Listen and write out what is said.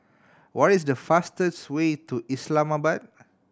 what is the fastest way to Islamabad